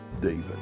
David